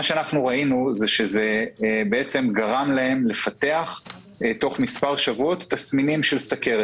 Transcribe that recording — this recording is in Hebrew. ראינו שזה גרם להם לפתח תוך מספר שבועות תסמינים של סוכרת.